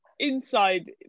inside